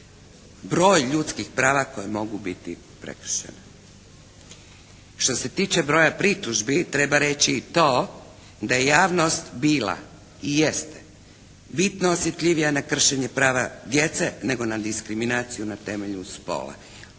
broj ljudskih prava koje mogu biti prekršene. Što se tiče broja pritužbi treba reći i to da je javnost bila i jeste bitno osjetljivija na kršenje prava djece nego na diskriminaciju na temelju spola.